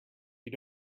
you